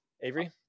Avery